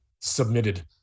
submitted